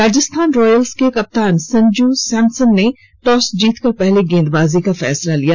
Rajasthan Royals के कप्तान संजू सैमसन ने टॉस जीतकर पहले गेंदबाजी का फैसला लिया